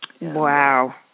Wow